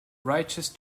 righteous